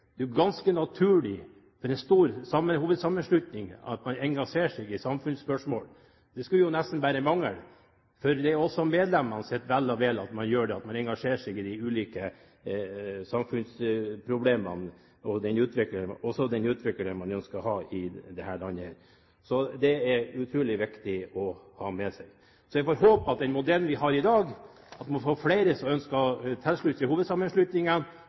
er det ganske naturlig at man engasjerer seg i samfunnsspørsmål, det skulle nesten bare mangle. For medlemmenes ve og vel engasjerer man seg i de ulike samfunnsproblemene og for den utviklingen man ønsker i dette landet. Det er utrolig viktig å ha med seg. Jeg ønsker å ha den modellen vi har i dag, at flere ønsker å være tilsluttet hovedsammenslutningen, og at man har stabile ordninger i